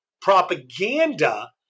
propaganda